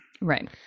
Right